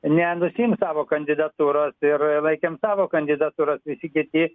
nenusiims savo kandidatūros ir laikėm savo kandidatūras visi kiti